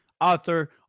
author